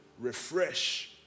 refresh